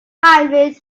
always